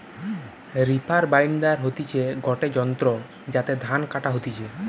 reaper binder হতিছে গটে যন্ত্র যাতে ধান কাটা হতিছে